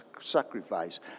sacrifice